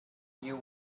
you